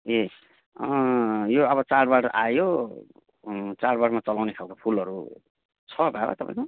ए यो अब चाडबाड आयो चाडबाड मा चलाउने खालको फुलहरू छ बाबा तपाईँकोमा